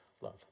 love